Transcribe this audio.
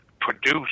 produce